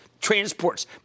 transports